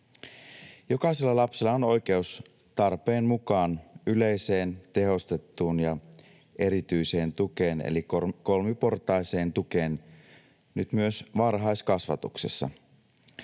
Jokaisella lapsella on oikeus tarpeen mukaan yleiseen, tehostettuun ja erityiseen tukeen eli kolmiportaiseen tukeen nyt myös varhaiskasvatuksessa.